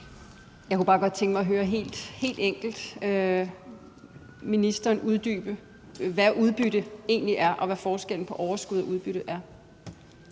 Jeg kunne bare godt tænke mig at høre ministeren uddybe helt enkelt, hvad udbytte egentlig er, og hvad forskellen på overskud og udbytte er.